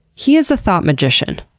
he is a thought magician.